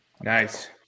Nice